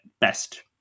best